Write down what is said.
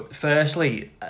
Firstly